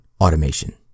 automation